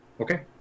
Okay